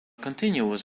continuous